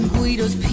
Guido's